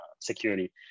security